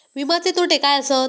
विमाचे तोटे काय आसत?